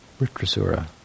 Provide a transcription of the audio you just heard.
Ritrasura